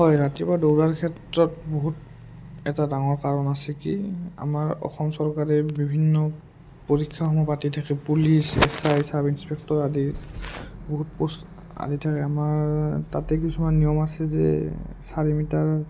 হয় ৰাতিপুৱা দৌৰাৰ ক্ষেত্ৰত বহুত এটা ডাঙৰ কাৰণ আছে কি আমাৰ অসম চৰকাৰে বিভিন্ন পৰীক্ষাসমূহ পাতি থাকে police S I sub inspector আদি বহুত পোষ্ট আদি থাকে আমাৰ তাতে কিছুমান নিয়ম আছে যে চাৰি মিটাৰ